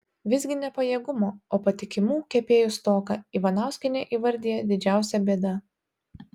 visgi ne pajėgumo o patikimų kepėjų stoką ivanauskienė įvardija didžiausia bėda